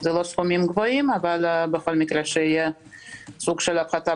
זה לא סכומים גבוהים אבל שיהיה סוג של הפחתה